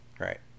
Right